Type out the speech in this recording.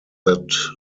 that